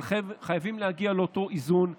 אבל חייבים להגיע לאותו איזון ראוי.